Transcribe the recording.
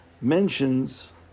mentions